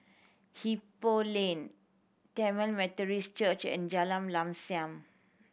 Ipoh Lane Tamil Methodist Church and Jalan Lam Sam